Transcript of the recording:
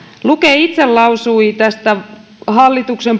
luke itse lausui tästä hallituksen